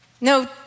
No